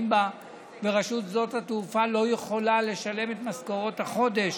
בה ורשות שדות התעופה לא יכולה לשלם את משכורות החודש.